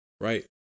right